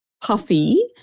puffy